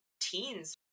teens